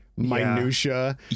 Minutia